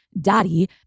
daddy